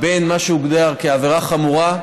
בין מה שהוגדר כעבירה חמורה,